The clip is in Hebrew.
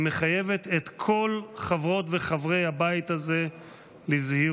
היא מחייבת את כל חברות וחברי הבית לזהירות,